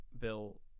bill